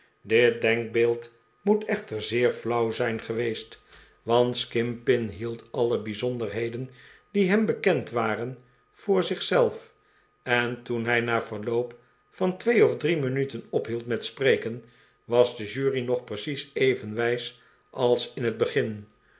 bit denkbeeld moet echter zeer flauw zijn geweest want skimpin hield alle bijzonderheden die hem bekend waren voor zich zelf en toen hij na verloop van twee of drie minuten ophield met spreken was de jury nog precies even wijs als in het begin